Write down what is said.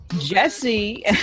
Jesse